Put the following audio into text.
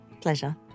Pleasure